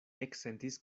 eksentis